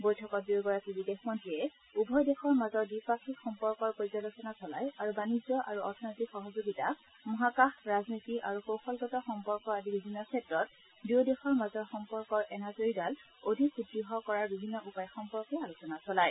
বৈঠকত দুয়োগৰাকী বিদেশমন্ত্ৰীয়ে উভয় দেশৰ মাজৰ দ্বিপাক্ষিক সম্পৰ্কৰ পৰ্য্যালোচনা চলায় আৰু বাণিজ্য আৰু অৰ্থনৈতিক সহযোগিতা মহাকাশ ৰাজনীতি আৰু কৌশলগত সম্পৰ্ক আদি বিভিন্ন ক্ষেত্ৰত দয়োদেশৰ মাজৰ সম্পৰ্কৰ এনাজৰিডাল অধিক সুদ্য় কৰাৰ বিভিন্ন উপায় সম্পৰ্কে আলোচনা চলায়